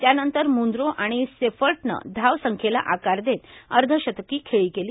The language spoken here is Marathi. त्यानंतर मुनरो आणि सेफर्टनं धाव संख्येला आकार देत अर्धशतकी खेळी केली